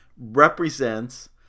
represents